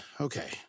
Okay